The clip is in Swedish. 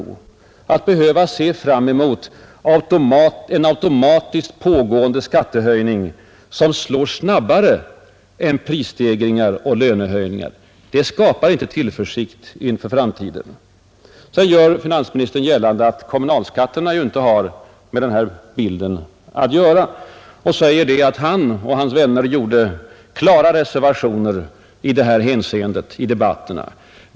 De skall inte behöva se fram emot en automatiskt pågående skattehöjning som slår igenom på deras ekonomi snabbare än prisstegringar och lönehöjningar. Sådant skapar inte tillförsikt inför framtiden. Finansministern gör gällande att kommunalskatterna inte har med detta att göra och påstår att han och hans vänner i debatterna gjorde klara reservationer i detta hänseende.